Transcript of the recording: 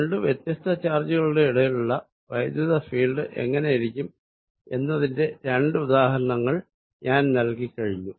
രണ്ടു വ്യത്യസ്ത ചാർജുകളുടെ ഇടയിലുള്ള വൈദ്യുത ഫീൽഡ് എങ്ങിനെയായിരിക്കും എന്നതിന്റെ രണ്ട് ഉദാഹരണങ്ങൾ ഞാൻ നൽകിക്കഴിഞ്ഞു